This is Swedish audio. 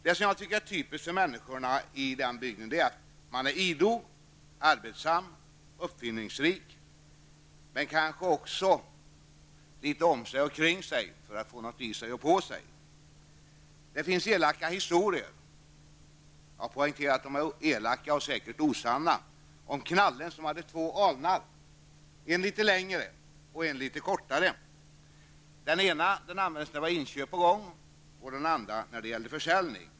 Det som jag tycker är typiskt för människorna i den bygden är att de är idoga, arbetsamma, uppfinningsrika, men kanske också litet ''om sig och kring sig, för att få nåt' i sig och på sig''. Det finns elaka historier, jag poängterar att de är elaka och säkert osanna, om knallen som hade två alnar -- en litet längre och en litet kortare. Den ena användes när det var inköp på gång. Den andra när det gällde försäljning.